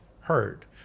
heard